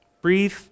Breathe